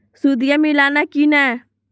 सुदिया मिलाना की नय?